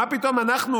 מה פתאום אנחנו